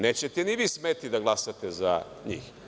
Nećete ni vi smeti da glasate za njih.